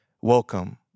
welcome